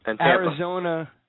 Arizona